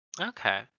Okay